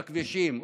בכבישים.